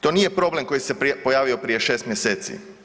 To nije problem koji se pojavio prije 6 mjeseci.